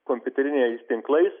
kompiuteriniais tinklais